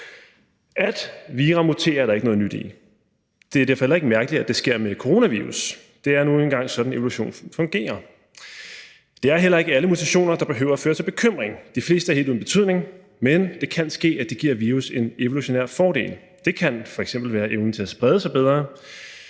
At vira muterer, er der ikke noget nyt i. Det er derfor heller ikke mærkeligt, at det sker med coronavirus. Det er nu engang sådan, evolution fungerer. Det er heller ikke alle mutationer, der behøver at føre til bekymring. De fleste er helt uden betydning, men det kan ske, at det giver virus en evolutionær fordel. Det kan f.eks. være evnen til at sprede sig bedre